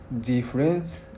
difference